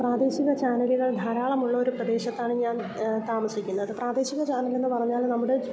പ്രാദേശിക ചാനലുകൾ ധാരാളമുള്ളൊരു പ്രദേശത്താണ് ഞാൻ താമസിക്കുന്നത് പ്രാദേശിക ചാനലെന്ന് പറഞ്ഞാൽ നമ്മുടെ